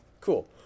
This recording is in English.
cool